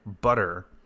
butter